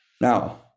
Now